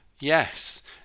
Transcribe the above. Yes